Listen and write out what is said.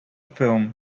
film